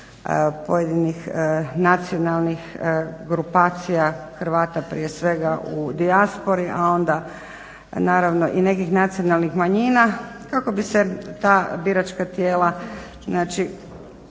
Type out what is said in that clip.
pojedinih nacionalnih grupacija Hrvata prije svega u dijaspori a onda naravno i nekih nacionalnih manjina kako bi se ta biračka tijela